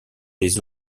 les